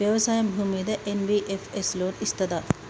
వ్యవసాయం భూమ్మీద NBFS loan ఇస్తదా?